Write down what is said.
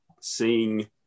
seeing